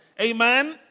Amen